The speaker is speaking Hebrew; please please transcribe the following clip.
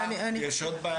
יש עוד בעיה